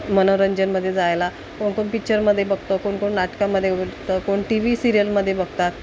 मनोरंजनामध्ये जायला कोण कोण पिच्चरमध्ये बघतं कोण कोण नाटकामध्ये उभं तर कोण टी व्ही सिरियलमध्ये बघतात